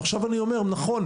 ועכשיו אני אומר נכון,